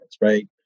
right